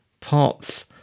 parts